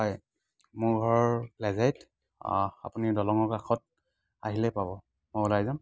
হয় মোৰ ঘৰ লেজাইত আপুনি দলঙৰ কাষত আহিলেই পাব মই ওলাই যাম